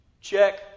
Check